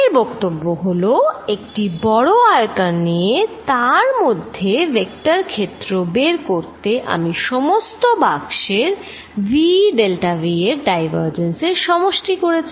এর বক্তব্য হলো একটি বড় আয়তন নিয়ে তার মধ্যে ভেক্টর ক্ষেত্র বের করতে আমি সমস্ত বাক্সের v ডেল্টা v এর ডাইভারজেন্স এর সমষ্টি করেছি